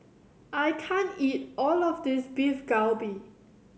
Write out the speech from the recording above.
I can't eat all of this Beef Galbi